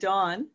Dawn